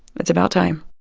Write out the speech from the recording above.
it's about time.